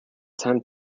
ten